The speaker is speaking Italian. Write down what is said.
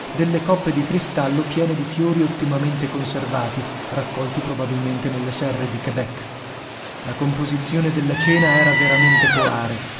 delle coppe di cristallo piene di fiori ottimamente conservati raccolti probabilmente nelle serre di quebec la composizione della cena era veramente polare